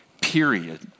period